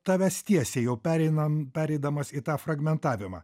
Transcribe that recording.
tavęs tiesiai jau pereinam pereidamas į tą fragmentavimą